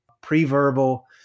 pre-verbal